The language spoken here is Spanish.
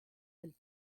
del